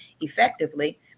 effectively